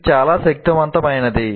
ఇది చాలా శక్తివంతమైనది